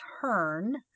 turn